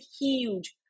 huge